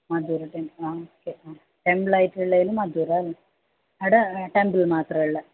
മധുര temple ആ okay ടെമ്പിളായിട്ടുള്ളതിൽ മധുര അവിടെ ടെമ്പിൾ മാത്രമേ ഉള്ളു